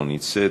לא נמצאת,